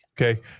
Okay